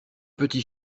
petit